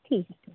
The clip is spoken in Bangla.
ঠিক আছে